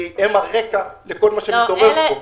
כי הם הרקע לכל מה שמתעורר פה.